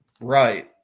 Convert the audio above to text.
Right